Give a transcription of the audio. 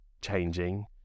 changing